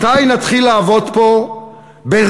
מתי נתחיל לעבוד פה ברצינות?